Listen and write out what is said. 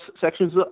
sections